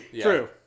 True